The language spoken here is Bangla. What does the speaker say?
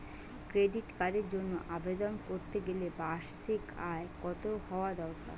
ক্রেডিট কার্ডের জন্য আবেদন করতে গেলে বার্ষিক আয় কত হওয়া দরকার?